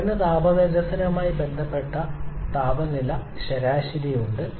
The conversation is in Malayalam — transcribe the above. കുറയുന്ന താപ നിരസനവുമായി ബന്ധപ്പെട്ട താപനില ശരാശരി ഉണ്ട്